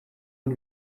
und